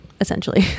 essentially